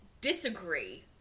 disagree